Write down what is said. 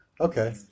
Okay